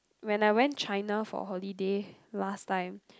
when I went China for holiday last time